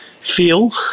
feel